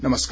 नमस्कार